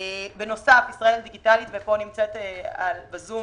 בנוסף, ישראל דיגיטלית, ופה נמצאת בזום